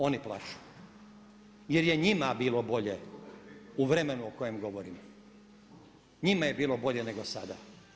Oni plaču jer je njima bilo bolje u vremenu o kojem govorim, njima je bilo bolje nego sada.